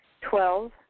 Twelve